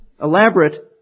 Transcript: elaborate